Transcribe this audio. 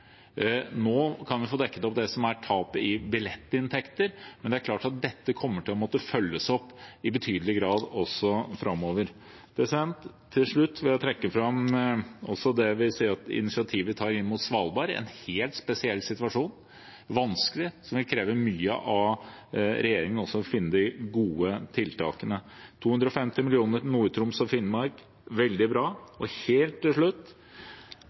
Nå kan man få dekket opp tapet av billettinntekter, men det er klart at dette kommer til å måtte følges opp i betydelig grad også framover. Til slutt vil jeg trekke fram initiativet vi tar overfor Svalbard, som er i en helt spesiell situasjon, som er vanskelig, og som det vil kreve mye av regjeringen å finne de gode tiltakene for. 250 mill. kr til Nord-Troms og Finnmark – veldig bra. Helt til slutt: